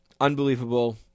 unbelievable